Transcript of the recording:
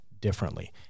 differently